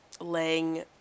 laying